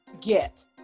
get